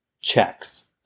checks